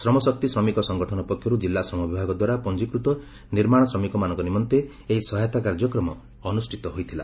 ଶ୍ରମ ଶକ୍ତି ଶ୍ରମିକ ସଂଗଠନ ପକ୍ଷରୁ ଜିଲ୍ଲା ଶ୍ରମ ବିଭାଗ ଦ୍ୱାରା ପଞ୍ଚିକୃତ ନିର୍ମାଣ ଶ୍ରମିକମାନଙ୍ଙ ନିମନ୍ତେ ଏହି ସହାୟତା କାର୍ଯ୍ୟକ୍ରମ ଅନୁଷ୍ଠିତ ହୋଇଥିଲା